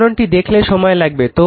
সমীকরণটি দেখলে সময় লাগবে